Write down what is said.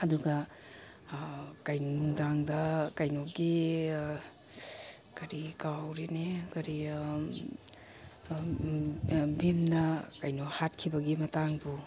ꯑꯗꯨꯒ ꯀꯩꯅꯣ ꯅꯨꯡꯗꯥꯡꯗ ꯀꯩꯅꯣꯒꯤ ꯀꯔꯤ ꯀꯥꯎꯒ꯭ꯔꯦꯅꯦ ꯀꯔꯤ ꯚꯤꯝꯅ ꯀꯩꯅꯣ ꯍꯥꯠꯈꯤꯕꯒꯤ ꯃꯇꯥꯡꯗꯣ